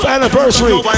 Anniversary